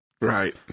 Right